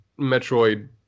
Metroid